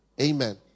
Amen